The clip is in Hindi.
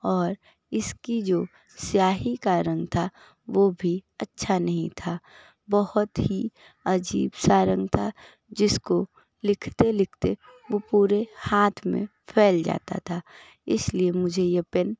और इसकी जो स्याही का रंग था वो भी अच्छा नहीं था बहुत ही अजीब सा रंग था जिसको लिखते लिखते वो पूरे हाथ में फैल जाता था इसलिए मुझे ये पेन